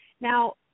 Now